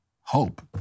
hope